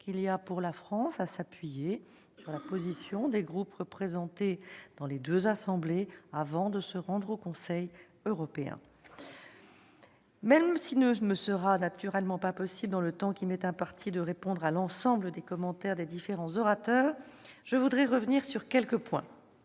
qu'il y a, pour la France, à pouvoir s'appuyer sur la position des groupes représentés dans les deux assemblées avant de participer au Conseil européen. Il ne me sera naturellement pas possible, dans le temps qui m'est imparti, de répondre à l'ensemble des observations des différents orateurs, mais je tiens à revenir sur certaines